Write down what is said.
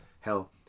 Hell